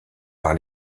par